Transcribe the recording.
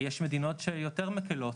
יש מדינות שיותר מקלות